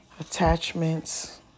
Attachments